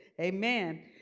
amen